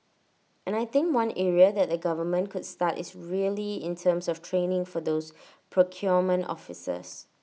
and I think one area that the government could start is really in terms of training for those procurement officers